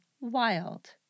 wild